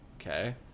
Okay